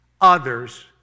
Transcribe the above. others